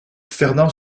fernand